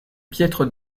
piètre